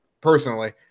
personally